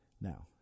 now